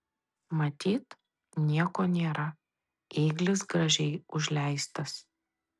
matyt nieko nėra ėglis gražiai užleistas